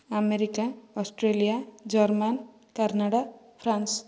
America Australia German Canada France